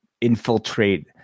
infiltrate